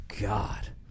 God